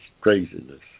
craziness